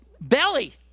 belly